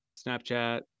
snapchat